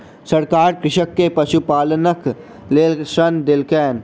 सरकार कृषक के पशुपालनक लेल ऋण देलकैन